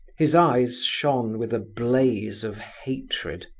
his eyes shone with a blaze of hatred.